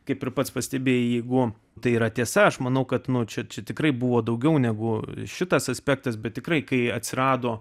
kaip ir pats pastebėjai jeigu tai yra tiesa aš manau kad nuo čia tikrai buvo daugiau negu šitas aspektas bet tikrai kai atsirado